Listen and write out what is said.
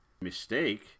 mistake